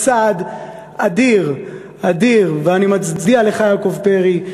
צעד אדיר, ואני מצדיע לך, יעקב פרי.